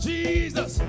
Jesus